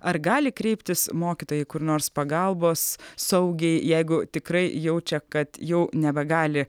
ar gali kreiptis mokytojai kur nors pagalbos saugiai jeigu tikrai jaučia kad jau nebegali